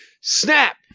snap